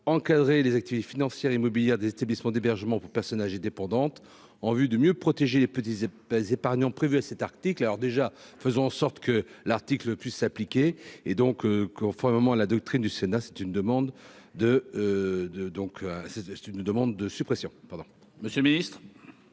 encadrer les activités financières, immobilières des établissements d'hébergement pour personnes âgées dépendantes en vue de mieux protéger les petits elle pèse épargnants à cet article alors déjà, faisons en sorte que l'article puisse s'appliquer et donc qu'on fera un moment à la doctrine du Sénat, c'est une demande de de donc, c'est une demande